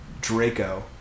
Draco